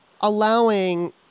allowing